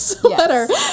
sweater